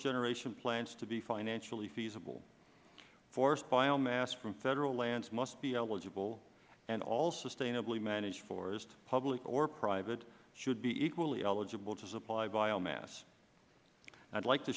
cogeneration plants to be financially feasible forest biomass from federal lands must be eligible and all sustainably managed forests public or private should be equally eligible to supply biomass i would like to